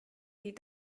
sie